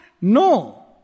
No